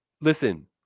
listen